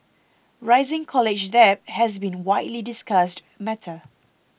rising college debt has been a widely discussed matter